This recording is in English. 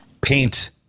paint